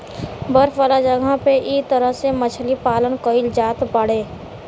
बर्फ वाला जगह पे इ तरह से मछरी पालन कईल जात बाड़े